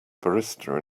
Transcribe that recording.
barista